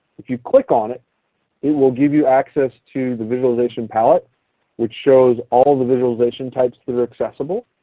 if you click on it it will give you access to the visualization palette which shows all the visualization types that are accessible.